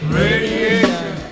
radiation